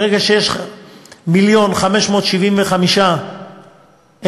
ברגע שיש 1.575 מיליון עניים,